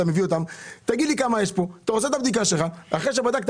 אתה עושה את הבדיקה שלך ואחרי שבדקת,